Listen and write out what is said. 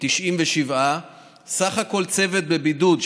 97. סך הכול צוות בבידוד,